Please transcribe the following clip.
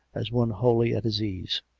as one wholly at his ease.